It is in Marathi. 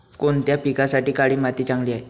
कोणत्या पिकासाठी काळी माती चांगली आहे?